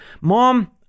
mom